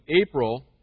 April